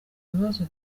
ibibazo